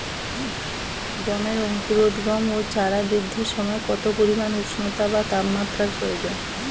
গমের অঙ্কুরোদগম ও চারা বৃদ্ধির সময় কত পরিমান উষ্ণতা বা তাপমাত্রা প্রয়োজন?